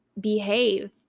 behave